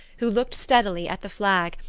who looked steadily at the flag,